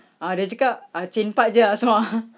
ah dia cakap ah change part jer ah semua